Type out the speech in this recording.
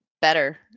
better